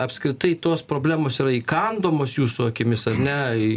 apskritai tos problemos yra įkandamos jūsų akimis ar ne